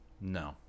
No